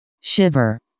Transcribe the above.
Shiver